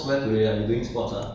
I also like to do sports